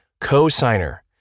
co-signer